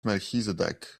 melchizedek